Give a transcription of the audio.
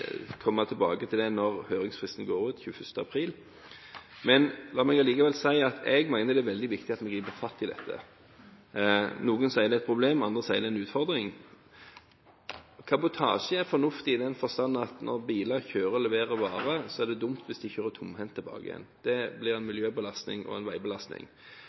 tilbake til det når høringsfristen går ut 21. april. La meg allikevel si at jeg mener det er veldig viktig at vi griper fatt i dette. Noen sier det er et problem – andre sier det er en utfordring. Kabotasje er fornuftig i den forstand at når biler kjører og leverer varer, er det dumt hvis de kjører tomhendt tilbake igjen. Det blir en miljøbelastning og en veibelastning.